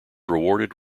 rewarded